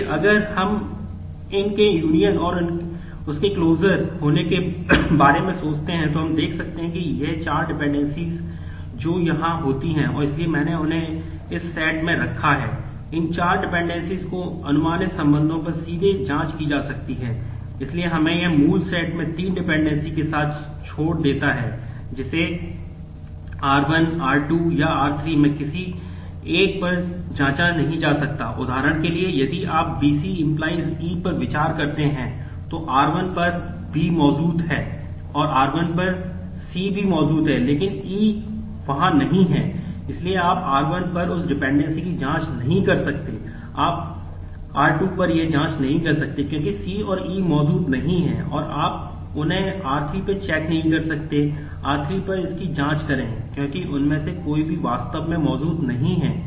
इसलिए अगर हम अब इन के यूनियन की जांच नहीं कर सकते आप R2 पर यह जाँच नहीं कर सकते क्योंकि C और E मौजूद नहीं हैं और आप उन्हें R3 पर चेक नहीं कर सकते R3 पर इसकी जाँच करें क्योंकि उनमें से कोई भी वास्तव में मौजूद नहीं है